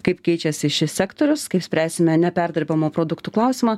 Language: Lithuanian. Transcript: kaip keičiasi šis sektorius kaip spręsime neperdirbamų produktų klausimą